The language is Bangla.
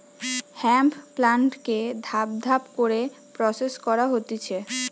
হেম্প প্লান্টকে ধাপ ধাপ করে প্রসেস করা হতিছে